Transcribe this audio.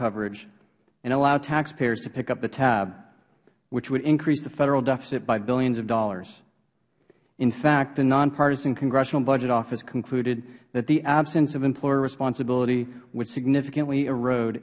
coverage and allow taxpayers to pick up the tab which would increase the federal deficit by billions of dollars in fact the non partisan congressional budget office concluded that the absence of employer responsibility would significantly erode